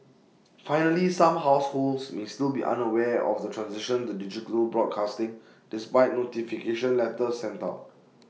finally some households may still be unaware of the transition to digital broadcasting despite notification letters sent out